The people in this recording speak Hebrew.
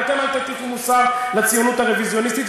ואתם אל תטיפו לציונות הרוויזיוניסטית,